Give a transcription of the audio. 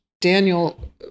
Daniel